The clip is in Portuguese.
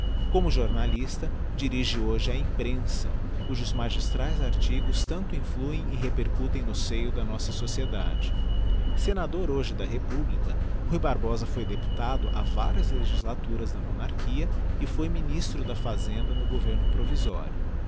como jornalista dirige hoje a imprensa cujos magistraes artigos tanto influem e repercutem no seio da nossa sociedade senador hoje da republica ruy barbosa foi deputado a varias legislaturas da monarchia e foi ministro da fazenda no governo provisório